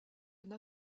n’a